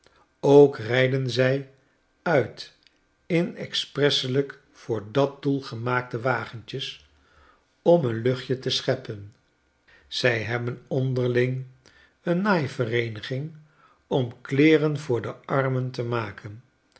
ook rijden zij uit in expresselijk voor dat doel gemaakte wagentjes om een luchtje te scheppen zij hebben qnderling een naai vereeniging om kleeren voor de armen te maken